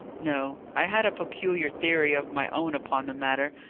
no. i had a peculiar theory of my own upon the matter,